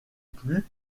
plus